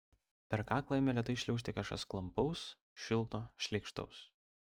per kaklą ėmė lėtai šliaužti kažkas klampaus šilto šleikštaus